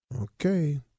Okay